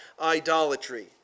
idolatry